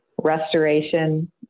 restoration